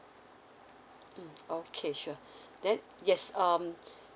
mm okay sure then yes um